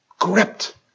gripped